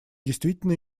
действительно